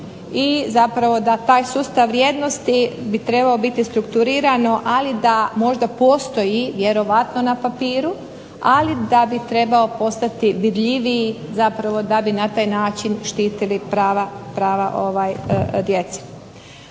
i zapravo da taj sustav vrijednosti bi trebao biti strukturirano, ali da možda postoji vjerojatno na papiru, ali da bi trebao postati vidljiviji zapravo da bi na taj način štitili prava djece.